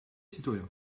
citoyen